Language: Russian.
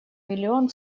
миллион